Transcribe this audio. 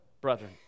brethren